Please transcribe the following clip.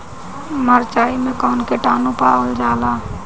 मारचाई मे कौन किटानु पावल जाला?